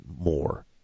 more